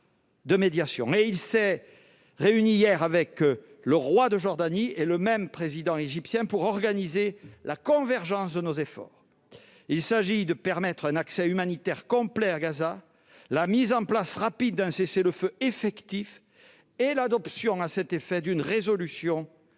réuni hier en visioconférence avec le roi de Jordanie et le même président égyptien pour organiser la convergence de nos efforts. Il s'agit de permettre un accès humanitaire complet à Gaza, la mise en place rapide d'un cessez-le-feu effectif et l'adoption à cet effet d'une résolution